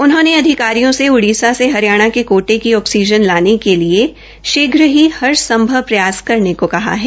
उन्होंने अधिकारियों से उड़ीसा से हरियाणा के कोटे की ऑक्सीजन लाने के लिए शीघ्र ही हर संभव प्रयास करने को कहा है